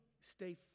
stay